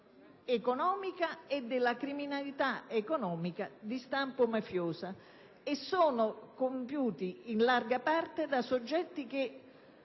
economica e della criminalità economica di stampo mafioso. Sono compiuti in larga parte da soggetti che